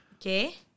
Okay